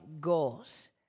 goals